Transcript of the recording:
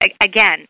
again